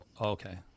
okay